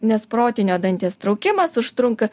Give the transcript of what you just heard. nes protinio danties traukimas užtrunka